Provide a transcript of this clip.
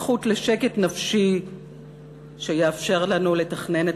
הזכות לשקט נפשי שיאפשר לנו לתכנן את